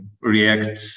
react